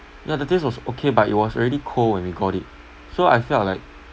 no the taste was okay but it was already cold when we got it so I felt like